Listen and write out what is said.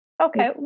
Okay